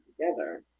together